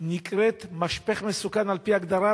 נקראת "משפך מסוכן" על-פי הגדרת